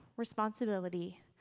responsibility